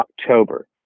October